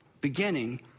beginning